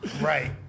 Right